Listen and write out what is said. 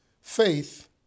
faith